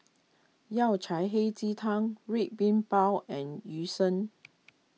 Yao Cai Hei Ji Tang Red Bean Bao and Yu Sheng